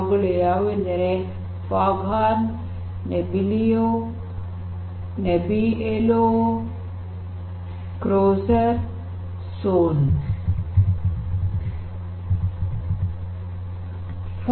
ಅವುಗಳು ಯಾವುವೆಂದರೆ fog horn Nebbiolo Croser ಮತ್ತು ಸೋನ್ಮ್